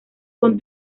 con